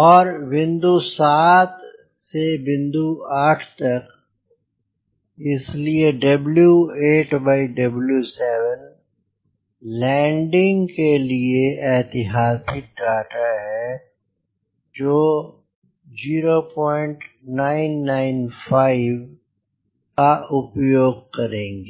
और बिंदु 7 से बिंदु 8 तक इसलिए लैंडिंग के लिए ऐतिहासिक डाटा जो है 0995 का उपयोग करेंगे